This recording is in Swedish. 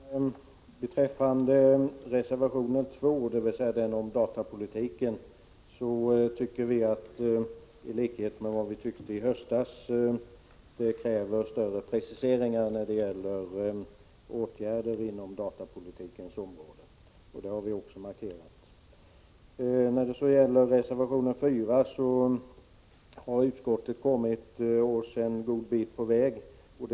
Fru talman! Beträffande reservationen 2 om datapolitiken tycker vi, i likhet med vad vi tyckte i höstas, att det krävs större preciseringar när det gäller åtgärder inom datapolitikens område. Det har vi också markerat. I fråga om reservationen 4 har utskottet kommit oss en god bit till mötes.